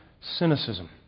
Cynicism